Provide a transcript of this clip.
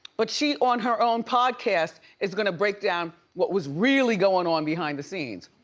but she, on her own podcast, is gonna break down what was really going on behind the scenes.